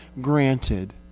granted